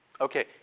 Okay